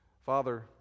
Father